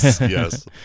yes